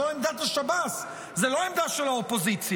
זו עמדת השב"ס, זו לא עמדה של האופוזיציה,